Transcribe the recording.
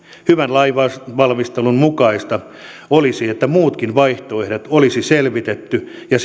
hyvän lainvalmistelun mukaista olisi että muutkin vaihtoehdot olisi selvitetty ja